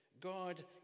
God